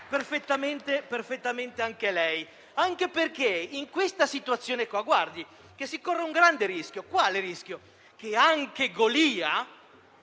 perfettamente anche lei, anche perché in questa situazione si corre un grande rischio, cioè che anche Golia,